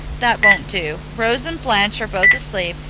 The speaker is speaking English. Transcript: that won't do. rose and blanche are both asleep,